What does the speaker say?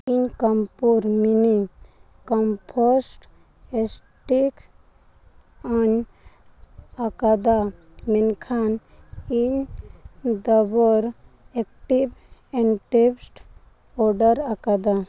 ᱤᱧ ᱠᱚᱢᱯᱩᱨᱤ mini compost ᱤᱥᱴᱤᱠ ᱟᱢ ᱟᱠᱟᱫᱟ ᱢᱮᱱᱠᱷᱟᱱ ᱤᱧ ᱫᱟᱵᱚᱨ ᱮᱠᱴᱤᱵᱽ ᱮᱱᱴᱮᱥᱴ ᱚᱰᱟᱨ ᱟᱠᱟᱫᱟ